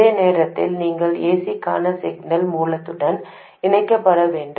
அதே நேரத்தில் நீங்கள் ஏசிக்கான சிக்னல் மூலத்துடன் இணைக்கப்பட வேண்டும்